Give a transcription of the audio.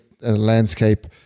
landscape